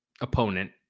opponent